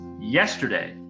yesterday